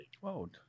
Whoa